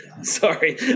Sorry